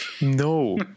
No